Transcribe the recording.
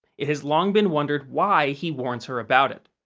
it has long been wondered why he warns her about it.